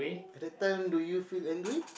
at that time do you feel angry